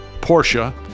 Porsche